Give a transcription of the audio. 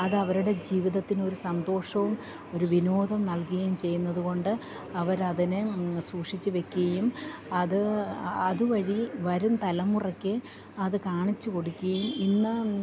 അതവരുടെ ജീവിതത്തിനൊരു സന്തോഷവും ഒരു വിനോദം നൽകുകയും ചെയ്യുന്നത് കൊണ്ട് അവരതിനെ സൂക്ഷിച്ച് വെക്കുകയും അത് അതുവഴി വരുംതലമുറയ്ക്ക് അത് കാണിച്ച് കൊടുക്കുകയും ഇന്ന്